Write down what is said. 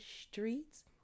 streets